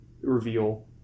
reveal